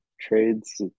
trades